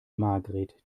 margret